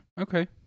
Okay